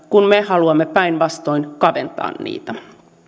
kun me haluamme päinvastoin kaventaa niitä